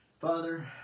Father